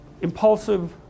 impulsive